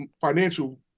financial